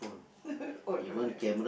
oh don't have